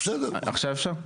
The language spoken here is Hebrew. עכשיו אפשר?